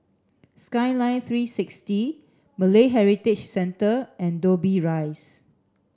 Skyline three six T Malay Heritage Centre and Dobbie Rise